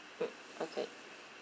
mm okay